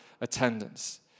attendance